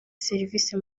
serivise